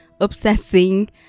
obsessing